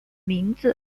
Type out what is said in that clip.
名字